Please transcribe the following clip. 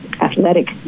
athletic